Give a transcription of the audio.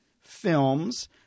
films